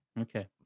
Okay